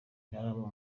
ntarama